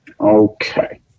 Okay